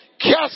Cast